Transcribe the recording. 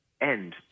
End